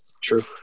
true